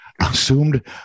Assumed